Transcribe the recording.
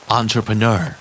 entrepreneur